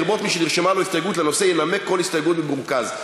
לרבות מי שנרשמה לו הסתייגות לנושא ינמק כל הסתייגות במרוכז".